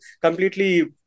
completely